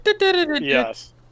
Yes